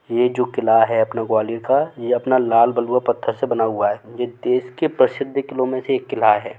ये जो क़िला है अपने ग्वालियर का ये अपना लाल बलुआ पत्थर से बना हुआ है ये देश के प्रसिद्ध क़िलों में से एक क़िला है